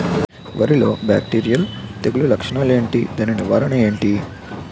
వరి లో బ్యాక్టీరియల్ తెగులు లక్షణాలు ఏంటి? దాని నివారణ ఏంటి?